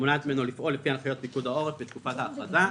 מונעת ממנו לפעול לפי הנחיות פיקוד העורף בתקופת ההכרזה,